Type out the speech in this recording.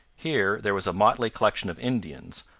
here there was a motley collection of indians,